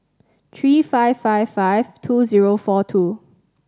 three five five five two four two